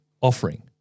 offering